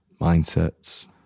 mindsets